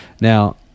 Now